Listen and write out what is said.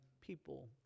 people